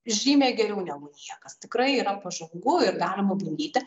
žymiai geriau negu niekas tikrai yra pažangu ir galima bandyti